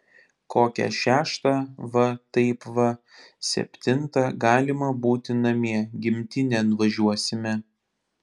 kokią šeštą va taip va septintą galima būti namie gimtinėn važiuosime